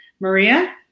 Maria